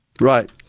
Right